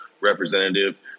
representative